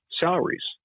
salaries